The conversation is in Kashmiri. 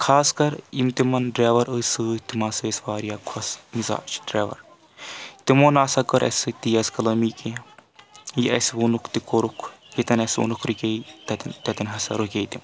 تہٕ خاص کَر یِم تِمَن ڈرایور ٲسۍ سۭتۍ تِم ہسا ٲسۍ واریاہ خۄش مِزاز ڈرایور تِمو نَسا کٔر اَسہِ سۭتۍ تیز کَلٲمی کینٛہہ یہِ اَسہِ ووٚنُکھ تہِ کوٚرُکھ ییٚتؠن اَسہِ ووٚنُکھ رُکے تَتؠن تتؠن ہسا رُکے تِم